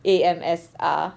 A_M_S_R